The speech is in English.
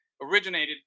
originated